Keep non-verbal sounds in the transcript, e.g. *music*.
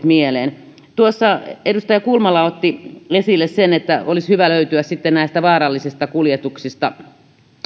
*unintelligible* mieleen tuossa edustaja kulmala otti esille sen että olisi hyvä löytyä näistä vaarallisista kuljetuksista